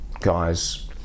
guys